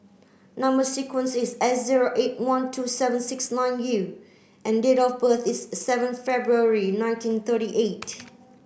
number sequence is S zero eight one two seven six nine U and date of birth is seven February nineteen thirty eight